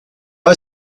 buy